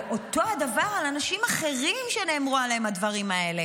אותו הדבר על אנשים אחרים שנאמרו עליהם הדברים האלה.